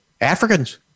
Africans